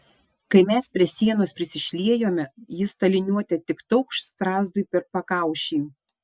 kai mes prie sienos prisišliejome jis ta liniuote tik taukšt strazdui per pakaušį